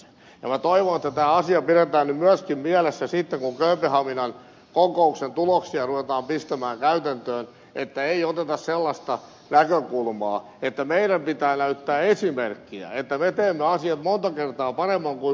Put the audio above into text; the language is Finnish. minä toivon että tämä asia pidetään myöskin mielessä sitten kun kööpenhaminan kokouksen tuloksia ruvetaan pistämään täytäntöön että ei oteta sellaista näkökulmaa että meidän pitää näyttää esimerkkiä että me teemme asiat monta kertaa paremmin kuin muut tekevät